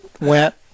went